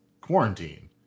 quarantine